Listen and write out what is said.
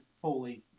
fully